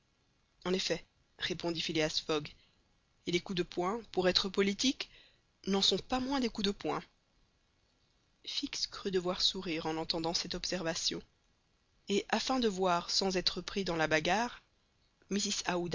en effet répondit phileas fogg et les coups de poing pour être politiques n'en sont pas moins des coups de poing fix crut devoir sourire en entendant cette observation et afin de voir sans être pris dans la bagarre